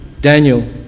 Daniel